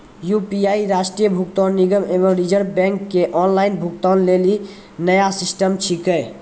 UPI राष्ट्रीय भुगतान निगम एवं रिज़र्व बैंक के ऑनलाइन भुगतान लेली नया सिस्टम छिकै